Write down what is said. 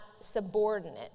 subordinate